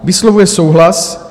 Vyslovuje souhlas